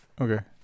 Okay